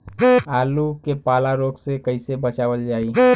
आलू के पाला रोग से कईसे बचावल जाई?